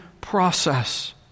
process